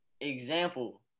example